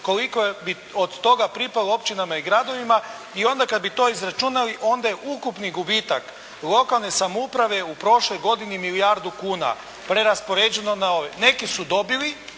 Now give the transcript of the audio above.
Koliko bi od toga pripalo općinama i gradovima i onda kad bi to izračunali onda je ukupni gubitak lokalne samouprave u prošloj godini milijardu kuna preraspoređeno na ove. Neki su dobili,